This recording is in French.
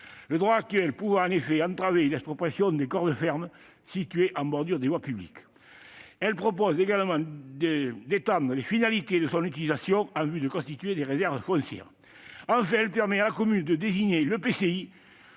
le droit actuel pouvant en effet entraver l'expropriation de corps de fermes situés en bordure des voies publiques. Elle prévoit également d'étendre les finalités de son utilisation en vue de constituer des réserves foncières. Enfin, elle permet à la commune de désigner l'EPCI